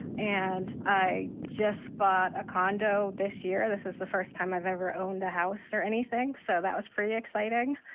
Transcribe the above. and i just bought a condo this year. this is the first time i've ever owned a house or anything. so that was pretty exciting.